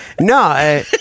No